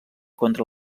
contra